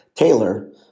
Taylor